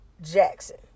Jackson